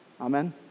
Amen